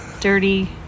Dirty